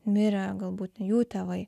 mirė galbūt jų tėvai